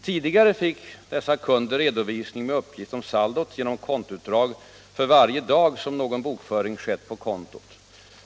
Tidigare fick dessa kunder redovisning med uppgift om saldot genom kontoutdrag för varje dag som någon bokföring skett på kontot.